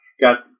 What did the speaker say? got